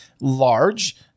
large